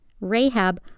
Rahab